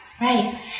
Right